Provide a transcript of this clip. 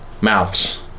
mouths